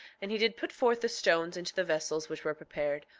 and he did put forth the stones into the vessels which were prepared,